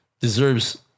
deserves